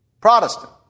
Protestant